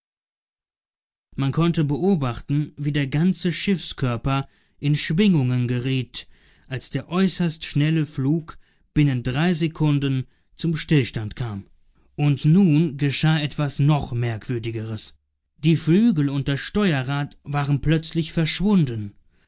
man konnte beobachten wie der ganze schiffskörper in schwingungen geriet als der äußerst schnelle flug binnen drei sekunden zum stillstand kam und nun geschah etwas noch merkwürdigeres die flügel und das steuerruder waren plötzlich verschwunden